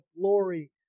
glory